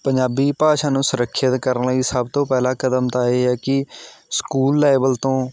ਪੰਜਾਬੀ ਭਾਸ਼ਾ ਨੂੰ ਸੁਰੱਖਿਅਤ ਕਰਨ ਲਈ ਸਭ ਤੋਂ ਪਹਿਲਾਂ ਕਦਮ ਤਾਂ ਇਹ ਹੈ ਕੀ ਸਕੂਲ ਲੈਵਲ ਤੋਂ